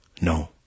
no